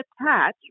attach